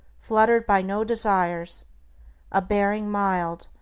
fluttered by no desires a bearing mild,